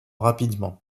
rapidement